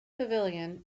pavilion